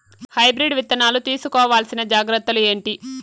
Hybrid విత్తనాలు తీసుకోవాల్సిన జాగ్రత్తలు ఏంటి?